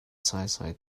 sasai